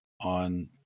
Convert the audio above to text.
on